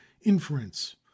inference